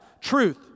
Truth